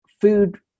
food